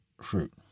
fruit